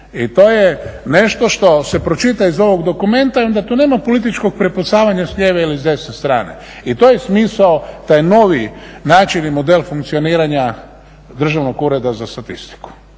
I to je nešto što se pročita iz ovog dokumenta i onda tu nema političkog prepucavanja s lijeve ili s desne strane. I to je smisao, taj novi način i model funkcioniranja Državnog ureda za statistiku.